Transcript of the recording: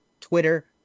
Twitter